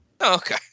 Okay